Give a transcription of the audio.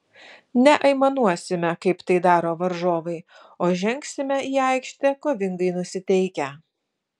neaimanuosime kaip tai daro varžovai o žengsime į aikštę kovingai nusiteikę